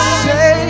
say